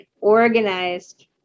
organized